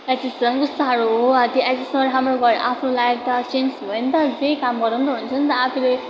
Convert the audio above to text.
HS झन् कस्तो साह्रो हो अब त्यो एचएसमा राम्रो गऱ्यो भने त आफ्नो लाइफ त चेन्ज भयो नि त केही काम गर्दा पनि त हुन्छ नि त आफूले